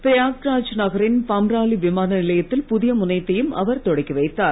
பிரயாக்ராஜ் நகரின் பம்ராலி விமான நிலையத்தில் புதிய முனையத்தையும் அவர் தொடக்கி வைக்கிறார்